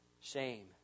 Shame